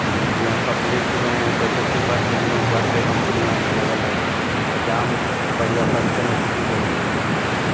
हाणे जीअं पब्लिक में त सिटी बसुनि जो ॿ टे कंपनियूं आहिनि अलॻि अलॻि त जाम बढ़िया सस्ते में सुठी फैसिलिटी ॾींदा आहिनि